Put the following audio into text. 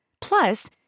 Plus